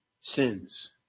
sins